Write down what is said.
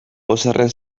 pozarren